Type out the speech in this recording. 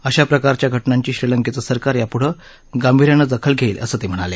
अशा प्रकारच्या घटनांची श्रीलंकेचं सरकार यापुढं गांभीर्यानं दखल घेईल असं ते म्हणाले